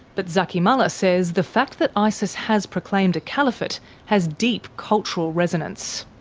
but zaky mallah says the fact that isis has proclaimed a caliphate has deep cultural resonance.